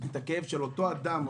את הכאב של אותו אדם,